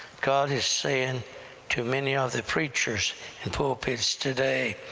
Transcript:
god is saying to many of the preachers in pulpits today,